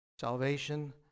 salvation